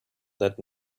that